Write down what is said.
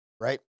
Right